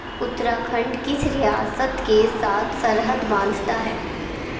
اتراکھنڈ کس ریاست کے ساتھ سرحد باندھتا ہے